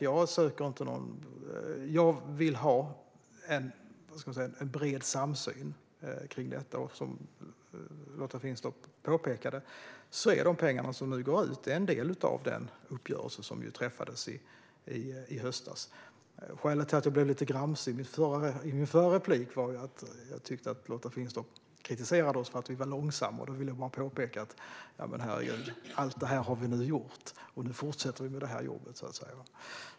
Jag vill ha en bred samsyn när det gäller detta. Som Lotta Finstorp påpekade är de pengar som nu går ut en del av den uppgörelse som träffades i höstas. Skälet till att jag blev lite gramse i mitt förra inlägg var att jag tyckte att Lotta Finstorp kritiserade oss för att vi var långsamma. Jag ville bara påpeka att vi har gjort allt detta och att vi fortsätter med det här jobbet.